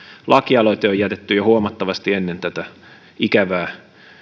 lakialoite on jätetty jo huomattavasti ennen tätä ikävää